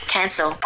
Cancel